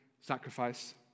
sacrifice